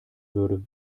würde